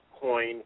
coin